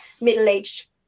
middle-aged